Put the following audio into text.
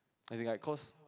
as in like cause